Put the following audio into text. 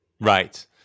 Right